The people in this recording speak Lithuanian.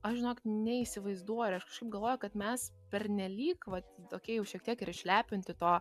aš žinok neįsivaizduoju ir aš kažkaip galvoju kad mes pernelyg vat tokie jau šiek tiek ir išlepinti to